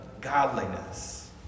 godliness